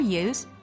use